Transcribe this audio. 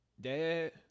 dad